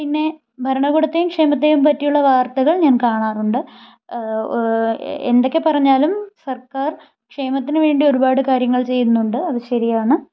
പിന്നെ ഭരണകൂടത്തെയും ക്ഷേമത്തെയും പറ്റിയുള്ള വാർത്തകൾ ഞാൻ കാണാറുണ്ട് എന്തൊക്കെ പറഞ്ഞാലും സർക്കാർ ക്ഷേമത്തിന് വേണ്ടി ഒരുപാട് കാര്യങ്ങൾ ചെയ്യുന്നുണ്ട് അത് ശരിയാണ്